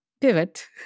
pivot